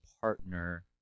partner